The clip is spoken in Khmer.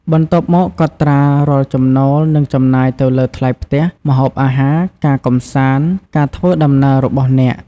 បន្ទាប់មកកត់ត្រារាល់ចំណូល និងចំណាយ ទៅលើ ថ្លៃផ្ទះ ម្ហូបអាហារ ការកម្សាន្ត ការធ្វើដំណើរ របស់អ្នក។